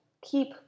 keep